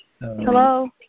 Hello